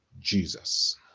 Jesus